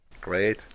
Great